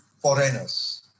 foreigners